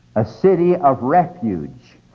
a city of refuge,